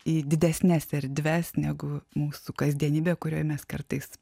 į didesnes erdves negu mūsų kasdienybė kurioj mes kartais